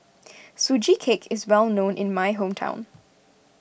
Sugee Cake is well known in my hometown